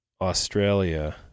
Australia